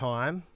Time